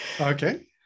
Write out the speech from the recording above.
Okay